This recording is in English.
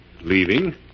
Leaving